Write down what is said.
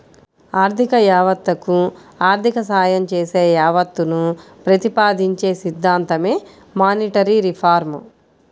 ఆర్థిక యావత్తకు ఆర్థిక సాయం చేసే యావత్తును ప్రతిపాదించే సిద్ధాంతమే మానిటరీ రిఫార్మ్